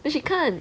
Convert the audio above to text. like she can't